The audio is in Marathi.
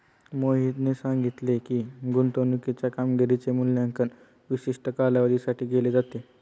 मोहितने सांगितले की, गुंतवणूकीच्या कामगिरीचे मूल्यांकन विशिष्ट कालावधीसाठी केले जाते